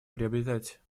приобретать